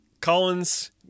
Collins